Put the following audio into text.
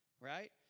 Right